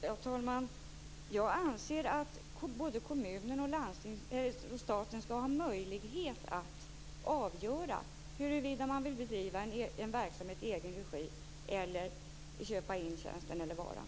Herr talman! Jag anser att både kommunerna och staten skall ha möjlighet att avgöra huruvida man vill bedriva en verksamhet i egen regi eller köpa in tjänsten eller varan.